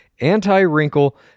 anti-wrinkle-